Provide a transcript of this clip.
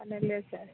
बनाएले छै